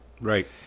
Right